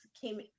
came